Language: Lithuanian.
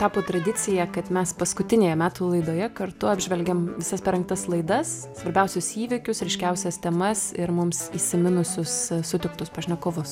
tapo tradicija kad mes paskutinėje metų laidoje kartu apžvelgiam visas parengtas laidas svarbiausius įvykius ryškiausias temas ir mums įsiminusius sutiktus pašnekovus